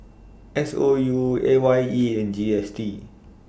S O U A Y E and G S T